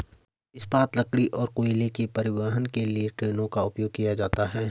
इस्पात, लकड़ी और कोयले के परिवहन के लिए ट्रेनों का उपयोग किया जाता है